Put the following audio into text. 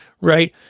right